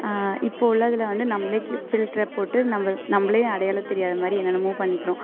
இப்போ உள்ளதில் வந்து நம்மளே ஃபில்டரை போட்டு நம்மளே நம்மளை அடையாளம் தெரியாத மாதிரி என்னென்னமோ பண்ணிக்கிறோம்